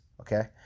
okay